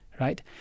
right